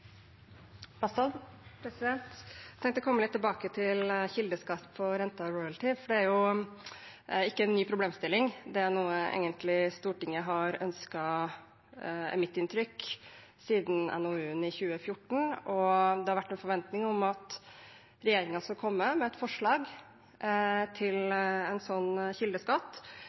ikke en ny problemstilling. Det er egentlig noe Stortinget har ønsket – det er mitt inntrykk – siden NOU-en i 2014, og det har vært en forventning om at regjeringen skal komme med et forslag til en sånn kildeskatt,